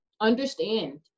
understand